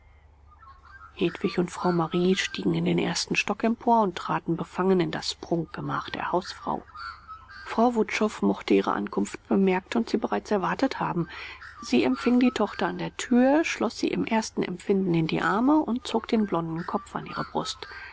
hedwig und frau marie stiegen in den ersten stock empor und traten befangen in das prunkgemach der hausfrau frau wutschow mochte ihre ankunft bemerkt und sie bereits erwartet haben sie empfing die tochter an der tür schloß sie im ersten empfinden in die arme und zog den blonden kopf an ihre brust